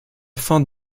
fin